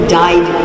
died